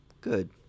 good